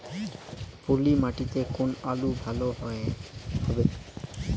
পলি মাটিতে কোন আলু ভালো হবে?